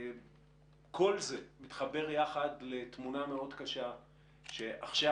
כל זה מתחבר יחד לתמונה מאוד קשה שעכשיו,